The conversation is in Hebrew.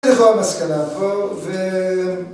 זה לא המסקנה פה, ו...